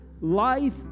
life